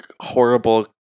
horrible